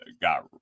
got